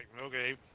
okay